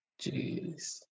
Jeez